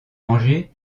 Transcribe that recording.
angers